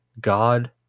God